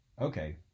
Okay